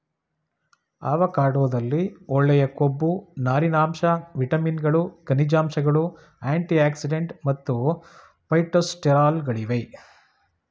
ಅವಕಾಡೊದಲ್ಲಿ ಒಳ್ಳೆಯ ಕೊಬ್ಬು ನಾರಿನಾಂಶ ವಿಟಮಿನ್ಗಳು ಖನಿಜಾಂಶಗಳು ಆಂಟಿಆಕ್ಸಿಡೆಂಟ್ ಮತ್ತು ಫೈಟೊಸ್ಟೆರಾಲ್ಗಳಿವೆ